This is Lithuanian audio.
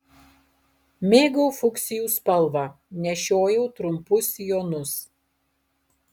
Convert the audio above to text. mėgau fuksijų spalvą nešiojau trumpus sijonus